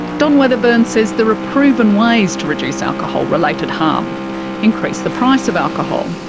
don weatherburn says there are proven ways to reduce alcohol-related harm increase the price of alcohol,